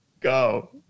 Go